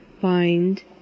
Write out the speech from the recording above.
find